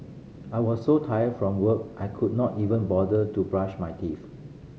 I was so tired from work I could not even bother to brush my teeth